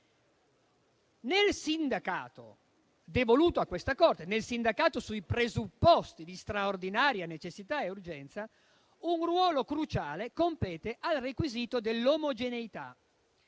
totale. Secondo la Corte, nel sindacato sui presupposti di straordinaria necessità e urgenza, un ruolo cruciale compete al requisito dell'omogeneità,